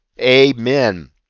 Amen